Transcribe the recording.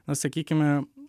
na sakykime